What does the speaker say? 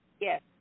Yes